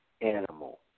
animal